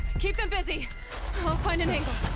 keep them busy! i'll find an angle.